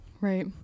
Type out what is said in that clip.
Right